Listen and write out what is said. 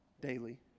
Daily